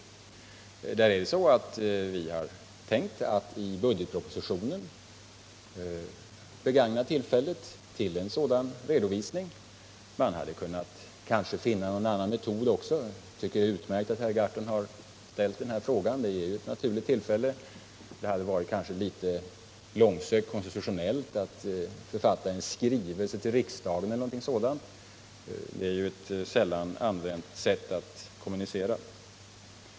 Då vill jag säga att vi har tänkt att i samband med budgetpropositionen begagna tillfället att göra en sådan redovisning. Naturligtvis är det tänkbart att en annan redovisningsmetod hade varit bättre. Jag är därför tacksam för att herr Gahrton har ställt den här frågan, eftersom den givit ett naturligt tillfälle att ta upp ärendet. Det hade rent konstitutionellt kanske varit långsökt att författa en skrivelse till riksdagen eller någonting sådant, och det är ju f.ö. ett sällan använt sätt att kommunicera på.